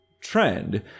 trend